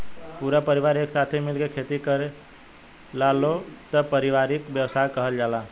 पूरा परिवार एक साथे मिल के खेती करेलालो तब पारिवारिक व्यवसाय कहल जाला